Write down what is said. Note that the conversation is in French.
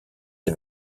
des